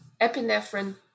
epinephrine